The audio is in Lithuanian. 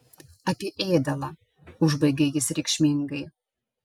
apie ėdalą užbaigė jis reikšmingai